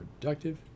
productive